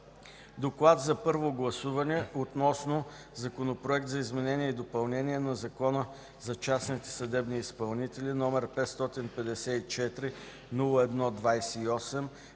„ДОКЛАД за първо гласуване относно Законопроект за изменение и допълнение на Закона за частните съдебни изпълнители, № 554-01-28,